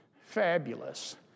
fabulous